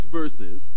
verses